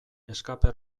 escape